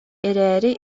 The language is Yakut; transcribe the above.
эрээри